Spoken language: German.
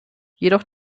noch